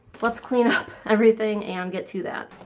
let's clean up everything and get to that